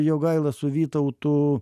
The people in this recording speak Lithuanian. jogaila su vytautu